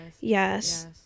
Yes